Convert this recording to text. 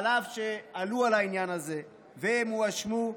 אף שעלו על העניין הזה והם הואשמו,